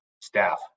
staff